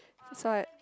side